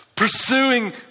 Pursuing